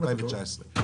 ב-2019.